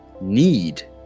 need